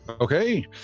Okay